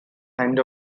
end